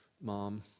mom